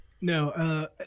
No